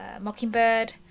Mockingbird